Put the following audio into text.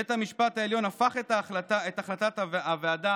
בית המשפט העליון הפך את החלטת הוועדה